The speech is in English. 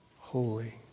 holy